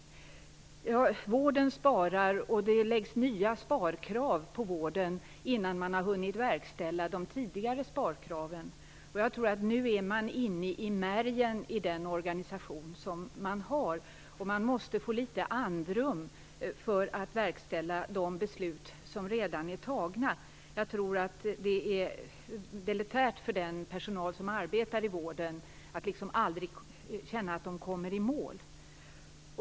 Vården sparar, och nya sparkrav läggs på vården innan man har hunnit verkställa de tidigare sparkraven. Nu är man inne i märgen i den organisation man har, och man måste få litet andrum för att kunna verkställa de beslut som redan fattats. Det är deletärt för den personal som arbetar i vården att aldrig känna att de kommer i mål.